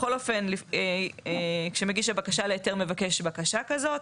בכל אופן כשמקיש הבקשה להיתר מבקש בקשה כזאת,